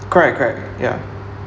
correct correct ya